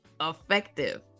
effective